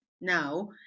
now